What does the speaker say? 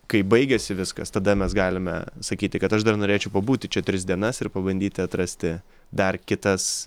kai baigiasi viskas tada mes galime sakyti kad aš dar norėčiau pabūti čia tris dienas ir pabandyti atrasti dar kitas